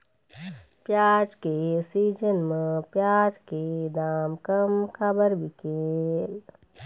प्याज के सीजन म प्याज के दाम कम काबर बिकेल?